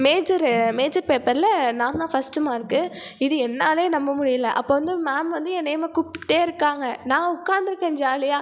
major major பேப்பரில் நான் தான் ஃபர்ஸ்ட் மார்க்கு இது என்னாலேயே நம்ம முடியலை அப்போ வந்து மேம் வந்து என் நேமை கூப்பிட்டுக்கிட்டே இருக்காங்க நான் உட்காந்திருக்கேன் ஜாலியாக